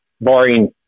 barring